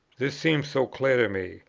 this seemed so clear to me,